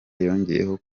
yongeyeho